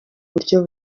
buryo